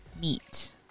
meet